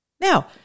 Now